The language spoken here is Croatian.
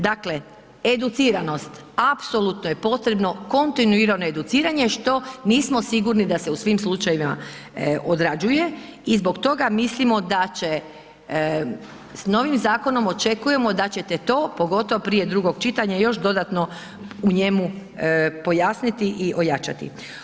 Dakle, educiranost apsolutno je potrebno kontinuirano educiranje što nismo sigurni da se u svim slučajevima odrađuje i zbog toga mislimo da će, s novim zakonom očekujemo da ćete to pogotovo prije drugog čitanja još dodatno u njemu pojasniti i ojačati.